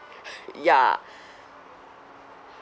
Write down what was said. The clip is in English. ya